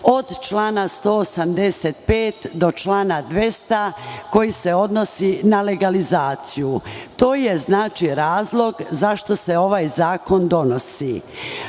od člana 185. do člana 200, koji se odnosi na legalizaciju. To je znači razlog zašto se ovaj zakon donosi. Šta